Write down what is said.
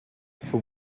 for